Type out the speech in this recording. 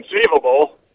conceivable